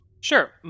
Sure